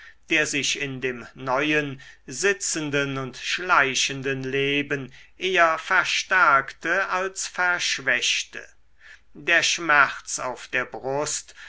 der sich in dem neuen sitzenden und schleichenden leben eher verstärkte als verschwächte der schmerz auf der brust